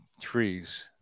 trees